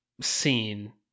scene